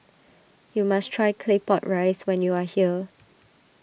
you must try Claypot Rice when you are here